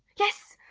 yes,